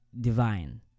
divine